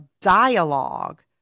dialogue